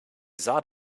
sah